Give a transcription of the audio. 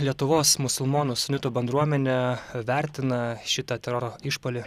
lietuvos musulmonų sunitų bendruomenė vertina šitą teroro išpuolį